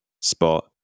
spot